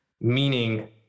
meaning